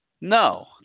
No